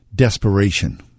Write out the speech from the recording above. Desperation